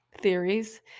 theories